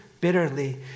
bitterly